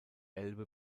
elbe